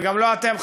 וגם לא אתם,